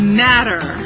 matter